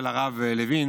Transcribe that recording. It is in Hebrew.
של הרב לוין,